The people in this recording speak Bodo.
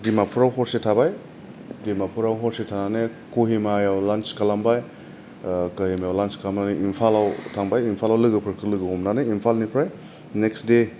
डिमापुराव हरसे थाबाय डिमापुराव हरसे थानानै कहिमायाव लान्स खालामबाय कहिमा आव लान्स खालामनानै इम्फाल आव थांबाय इम्फाल आव लोगोफोरखौ लोगो हमनानै इम्फालनिफ्राय नेक्स्ट दे